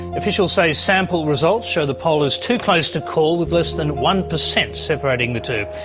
officials say sample results show the poll is too close to call, with less than one percent separating the two.